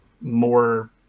more